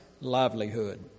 livelihood